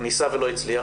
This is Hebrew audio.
ניסה ולא הצליח?